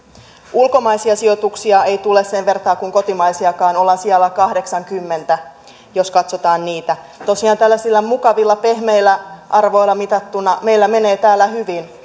ulkomaisia sijoituksia ei tule sen vertaa kuin kotimaisiakaan ollaan sijalla kahdeksankymmentä jos katsotaan niitä tosiaan tällaisilla mukavilla pehmeillä arvoilla mitattuna meillä menee täällä hyvin